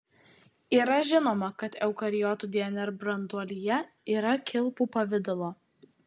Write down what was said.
yra žinoma kad eukariotų dnr branduolyje yra kilpų pavidalo